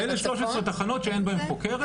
אלה 13 תחנות שאין בהם חוקרת.